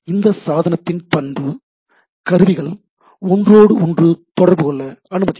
இந்த சாதனத்தின் பண்பு கருவிகள் ஒன்றோடு ஒன்று தொடர்பு கொள்ள அனுமதிக்கும்